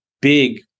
big